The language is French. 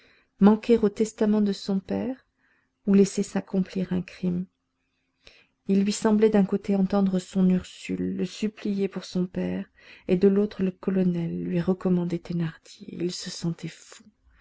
manquer au testament de son père ou laisser s'accomplir un crime il lui semblait d'un côté entendre son ursule le supplier pour son père et de l'autre le colonel lui recommander thénardier il se sentait fou